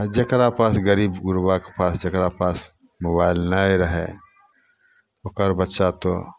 आ जकरा पास गरीब गुड़बाके पास जकरा पास मोबाइल नहि रहै ओकर बच्चा तऽ